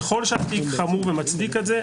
ככל שהתיק חמור ומצדיק את זה,